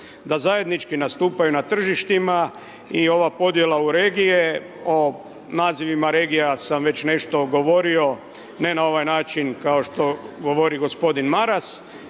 da zajednički nastupaju na tržištima i ova podjela u regije, o nazivima regije sam već nešto govorio, ne na ovaj način, kao što govori gospodin Maras,